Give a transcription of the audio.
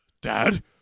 Dad